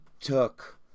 took